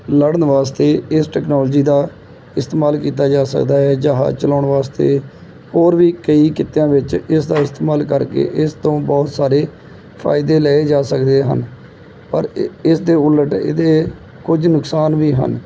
ਲੜਨ ਵਾਸਤੇ ਇਸ ਟੈਕਨੋਲੋਜੀ ਦਾ ਇਸਤੇਮਾਲ ਕੀਤਾ ਜਾ ਸਕਦਾ ਹੈ ਜਹਾਜ ਚਲਾਉਣ ਵਾਸਤੇ ਹੋਰ ਵੀ ਕਈ ਕਿੱਤਿਆਂ ਵਿੱਚ ਇਸ ਦਾ ਇਸਤੇਮਾਲ ਕਰਕੇ ਇਸ ਤੋਂ ਬਹੁਤ ਸਾਰੇ ਫ਼ਾਇਦੇ ਲਏ ਜਾ ਸਕਦੇ ਹਨ ਪਰ ਇ ਇਸ ਦੇ ਉਲਟ ਇਹਦੇ ਕੁਝ ਨੁਕਸਾਨ ਵੀ ਹਨ